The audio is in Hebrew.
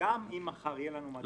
אם מחר יהיה לנו מדד חוסן רשותי,